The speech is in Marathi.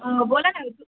अं बोला ना तू